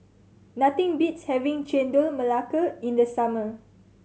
nothing beats having Chendol Melaka in the summer